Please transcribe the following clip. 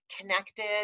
connected